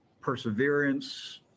perseverance